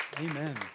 Amen